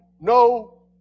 no